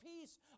peace